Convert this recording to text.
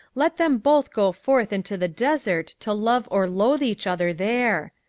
let them both go forth into the desert to love or loathe each other there.